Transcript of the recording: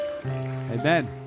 Amen